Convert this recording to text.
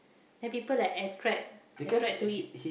then people like attract attract to it